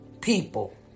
people